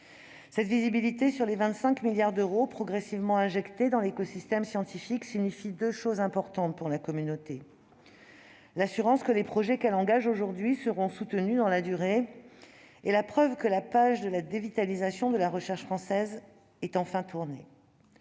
Cette visibilité sur les 25 milliards d'euros progressivement injectés dans l'écosystème scientifique signifie deux choses importantes pour la communauté : l'assurance que les projets qu'elle engage aujourd'hui seront soutenus dans la durée ; la preuve que la page de la dévitalisation de la recherche française est enfin tournée.